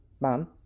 mom